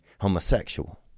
homosexual